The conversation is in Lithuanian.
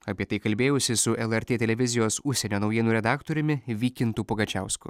apie tai kalbėjausi su lrt televizijos užsienio naujienų redaktoriumi vykintu pugačiausku